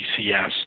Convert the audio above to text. PCS